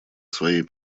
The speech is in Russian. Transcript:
своей